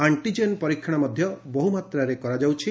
antigen ପରୀକ୍ଷଣ ମଧ୍ଧ ବହୁମାତ୍ରାରେ କରାଯାଉଛି